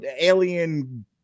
alien